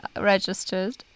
registered